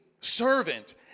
servant